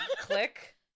Click